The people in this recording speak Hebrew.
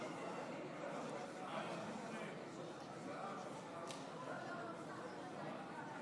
חברות וחברי הכנסת, טרם שאודיע את תוצאות ההצבעה,